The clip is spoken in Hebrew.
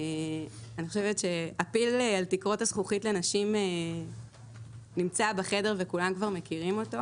אני חושבת שפיל תקרות זכוכית לנשים נמצא בחדר וכולם כבר מכירים אותו,